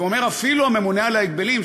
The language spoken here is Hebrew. ואומר אפילו הממונה על ההגבלים,